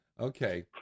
Okay